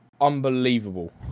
unbelievable